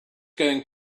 going